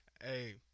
Hey